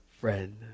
friend